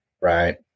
right